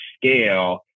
scale